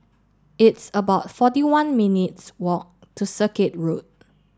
it's about forty one minutes' walk to Circuit Road